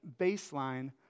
baseline